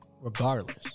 regardless